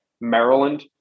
Maryland